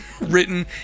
written